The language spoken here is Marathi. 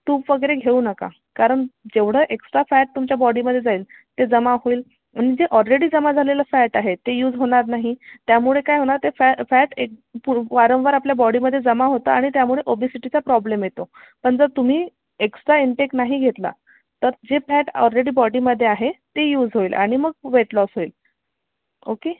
तूप वगैरे घेऊ नका कारण जेवढं एक्स्ट्रा फॅट तुमच्या बॉडीमध्ये जाईल ते जमा होईल म्हणजे ऑडरेडी जमा झालेलं फॅट आहे ते यूज होणार नाही त्यामुळे काय होणार ते फॅ फॅट एक पु वारंवार आपल्या बॉडीमध्ये जमा होतं आणि त्यामुळे ओबेसिटीचा प्रॉब्लेम येतो पण जर तुम्ही एक्स्ट्रा इनटेक नाही घेतला तर जे फॅट ऑररेडी बॉडीमध्ये आहे ते यूज होईल आणि मग वेटलॉस होईल ओके